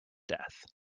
death